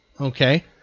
Okay